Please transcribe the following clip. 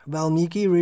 Valmiki